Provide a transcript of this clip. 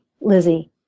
Lizzie